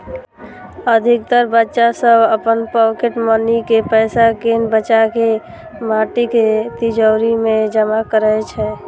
अधिकतर बच्चा सभ अपन पॉकेट मनी के पैसा कें बचाके माटिक तिजौरी मे जमा करै छै